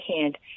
hand